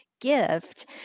gift